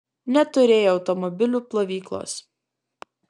neturėjo automobilių plovyklos